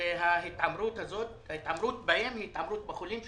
ההתעמרות בהם היא התעמרות בחולים שלהם.